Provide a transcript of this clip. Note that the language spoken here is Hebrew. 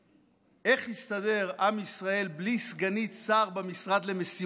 איך יסתדר עם ישראל בלי סגנית שר במשרד למשימות לאומיות?